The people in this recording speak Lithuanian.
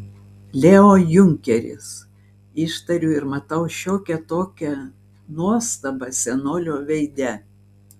leo junkeris ištariu ir matau šiokią tokią nuostabą senolio veide